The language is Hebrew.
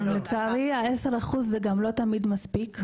לצערי ה-10% זה גם לא תמיד מספיק.